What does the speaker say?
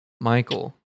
michael